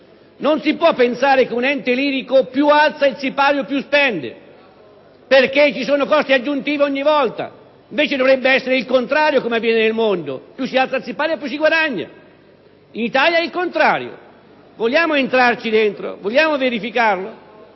Non si può pensare che un ente lirico più alza il sipario più spende, perché ogni volta ci sono costi aggiuntivi. Dovrebbe essere il contrario, come avviene nel resto del mondo: più si alza il sipario più si guadagna. In Italia è il contrario: vogliamo affrontarlo? Vogliamo verificarlo?